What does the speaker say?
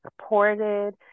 supported